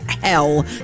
hell